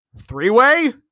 three-way